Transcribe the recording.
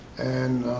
and